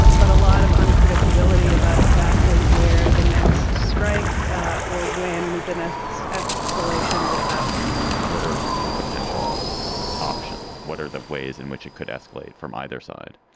but a lot of unpredictability about exactly where the next strike or when the next escalation will happen what are potential options? what are the ways in which it could escalate from either side?